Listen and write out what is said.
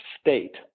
state